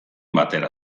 batera